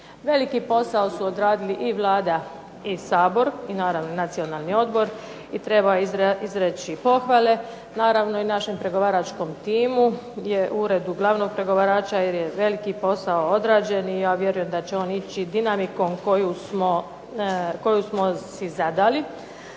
Veliki posao su odradili i Vlada i Sabor i naravno Nacionalni odbor i treba izreći pohvale. Naravno i našem pregovaračkom timu i Uredu glavnog pregovarača jer je veliki posao odrađen i ja vjerujem da će on ići dinamikom koju smo si zadali.